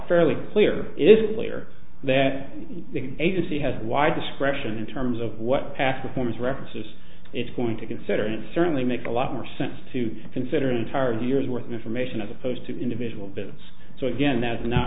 fairly clear is clear that the agency has wide discretion in terms of what past performance references it's going to consider and certainly make a lot more sense to consider an entire year's worth of information as opposed to individual bits so again that is not